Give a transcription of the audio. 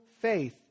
faith